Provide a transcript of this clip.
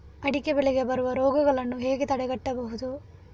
ಅಡಿಕೆ ಬೆಳೆಗೆ ಬರುವ ರೋಗಗಳನ್ನು ಹೇಗೆ ತಡೆಗಟ್ಟಬಹುದು?